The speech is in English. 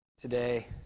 today